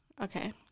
Okay